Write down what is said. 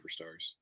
superstars